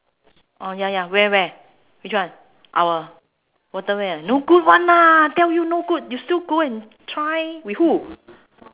orh ya ya where where which one our waterway ah no good [one] lah tell you no good you still go and try with who